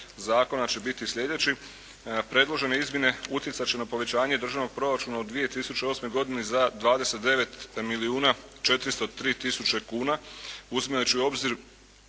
zakona će biti sljedeći. Predložene izmjene utjecati će na povećanje Državnog proračuna u 2008. godini za 29 milijuna 403 tisuće kuna uzimajući u obzir